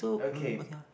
okay